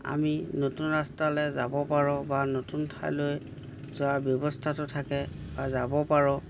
আমি নতুন ৰাস্তালৈ যাব পাৰোঁ বা নতুন ঠাইলৈ যোৱাৰ ব্যৱস্থাটো থাকে বা যাব পাৰোঁ